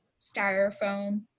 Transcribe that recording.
styrofoam